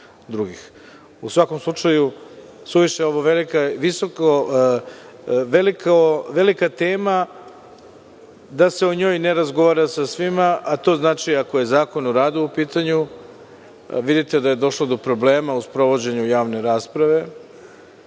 svakom slučaju, suviše je ovo velika tema da se o njoj ne razgovara sa svima, a to znači ako je Zakon o radu u pitanju, vidite da je došlo do problema u sprovođenju javne rasprave. Neko